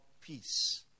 peace